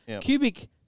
cubic